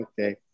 Okay